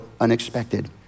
unexpected